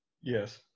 Yes